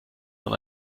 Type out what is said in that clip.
von